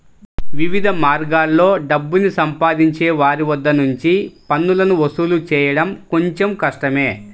వివిధ మార్గాల్లో డబ్బుని సంపాదించే వారి వద్ద నుంచి పన్నులను వసూలు చేయడం కొంచెం కష్టమే